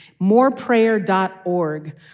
moreprayer.org